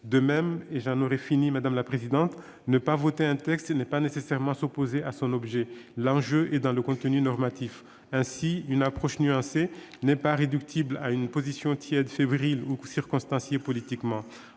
mentionnés dans son intitulé. De même, ne pas voter un texte ne revient pas nécessairement à s'opposer à son objet. L'enjeu est dans le contenu normatif. Ainsi, une approche nuancée n'est pas réductible à une position tiède, fébrile ou circonstanciée politiquement.